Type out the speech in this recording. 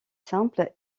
simples